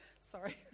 Sorry